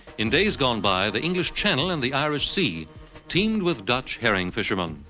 in days gone by, the english channel and the irish sea teemed with dutch herring fishermen,